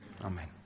Amen